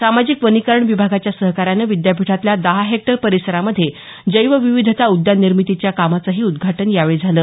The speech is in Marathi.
सामाजिक वनीकरण विभागाच्या सहकार्यानं विद्यापीठातल्या दहा हेक्टर परिसरामध्ये जैवविविधता उद्यान निर्मितीच्या कामाचंही उद्घाटन यावेळी झालं